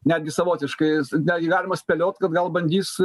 netgi savotiškai netgi galima spėliot kad gal bandys